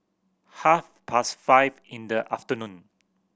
half past five in the afternoon